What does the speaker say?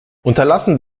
unterlassen